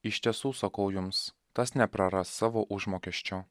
iš tiesų sakau jums tas nepraras savo užmokesčio